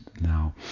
now